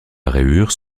rayures